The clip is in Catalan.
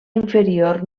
inferior